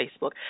Facebook